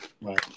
Right